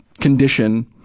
Condition